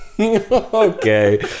okay